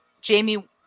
Jamie